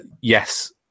yes